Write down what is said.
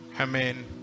Amen